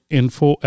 info